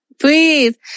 please